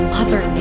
Mother